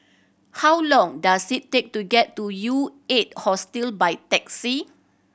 how long does it take to get to U Eight Hostel by taxi